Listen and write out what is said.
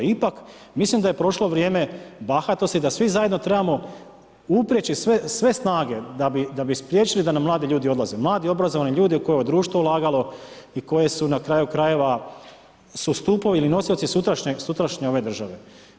Ipak mislim da je prošlo vrijeme bahatosti, da svi zajedno trebamo uprijeti sve snage da bi spriječili da nam mladi ljudi odlazi, mladi obrazovani ljudi koje je društvo ulagalo i koje su na kraju krajeva su stupovi ili nosioci sutrašnje ove države.